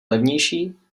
levnější